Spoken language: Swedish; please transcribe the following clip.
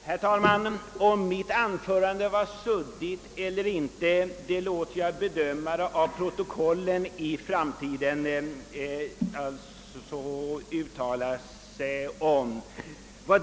Herr talman! Om mitt anförande var suddigt eller inte låter jag läsaren av protokollet i framtiden bedöma.